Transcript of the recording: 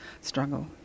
struggle